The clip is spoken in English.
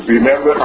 Remember